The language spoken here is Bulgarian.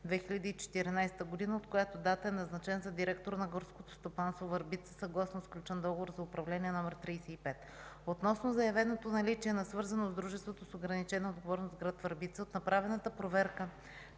2014 г., от която дата е назначен за директор на Горското стопанство – Върбица съгласно сключен Договор за управление № 35. Относно заявеното наличие на свързаност с дружеството с ограничена отговорност град Върбица, от направената проверка